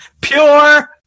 Pure